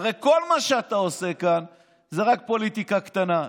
הרי כל מה שאתה עושה כאן זה רק פוליטיקה קטנה.